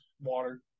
water